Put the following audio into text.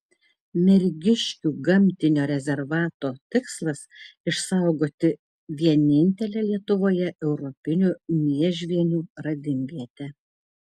mergiškių gamtinio rezervato tikslas išsaugoti vienintelę lietuvoje europinių miežvienių radimvietę